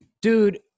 dude